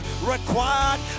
required